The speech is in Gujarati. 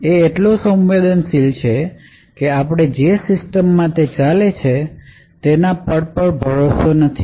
તે એટલો સવેન્દંશિલ છે કે આપણે જે સિસ્ટમ માં તે ચાલે છે તેના પર પણ ભરોસો નથી